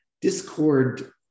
Discord